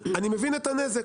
אבל אני מבין את הנזק,